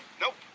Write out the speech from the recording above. Nope